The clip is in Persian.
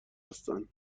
هستند